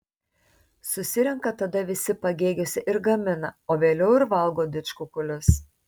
susirenka tada visi pagėgiuose ir gamina o vėliau ir valgo didžkukulius